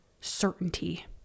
certainty